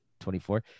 24